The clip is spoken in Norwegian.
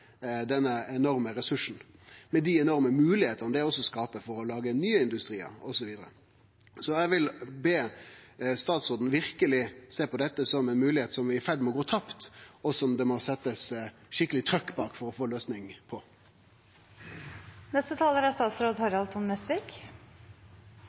denne enorme ressursen, med dei enorme moglegheitene det også skaper for å lage nye industriar, osv. Så eg vil be statsråden verkeleg sjå på dette som ei moglegheit som er i ferd med å gå tapt, og som det må setjast skikkeleg trykk bak for å få ei løysing